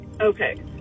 Okay